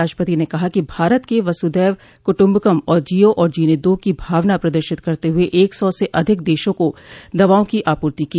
राष्ट्रपति ने कहा कि भारत ने वसुधैव कुटुम्बकम और जियो और जीने दो की भावना प्रदर्शित करते हुए एक सौ से अधिक देशों को दवाओं की आपूर्ति की